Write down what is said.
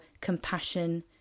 compassion